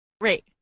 Great